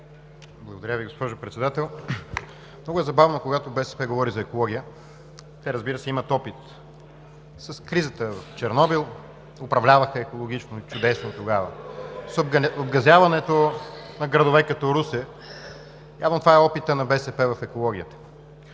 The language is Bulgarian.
Благодаря Ви, госпожо Председател. Много е забавно, когато БСП говори за екология. Те, разбира се, имат опит с кризата в Чернобил. Тогава управляваха чудесно екологично. (Шум и реплики.) Обгазяването на градове като Русе… Явно това е опитът на БСП в екологията.